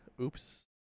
Oops